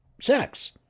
sex